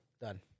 Done